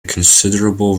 considerable